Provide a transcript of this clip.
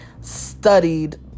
studied